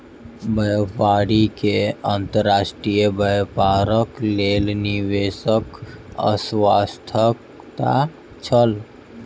व्यापारी के अंतर्राष्ट्रीय व्यापारक लेल निवेशकक आवश्यकता छल